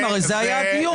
הרי זה היה הדיון.